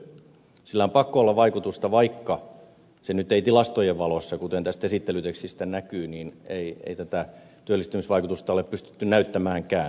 sillä on pakko olla vaikutusta vaikka nyt ei tilastojen valossa kuten tästä esittelytekstistä näkyy ole tätä työllistymisvaikutusta pystytty näyttämäänkään